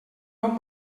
hom